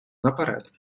наперед